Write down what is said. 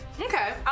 Okay